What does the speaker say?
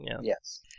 Yes